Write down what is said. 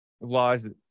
laws